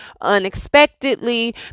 unexpectedly